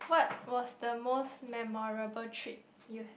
what was the most memorable trip you had